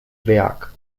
werk